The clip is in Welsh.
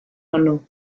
hwnnw